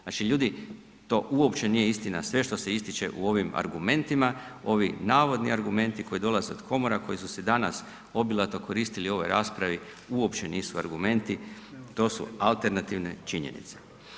Znači ljudi, to uopće nije istina sve što se ističe u ovim argumenti, ovi navodni argumenti koje dolaze od komora, koji se danas obilato koristili u ovoj raspravi, uopće nisu argumenti, to su alternativne činjenice.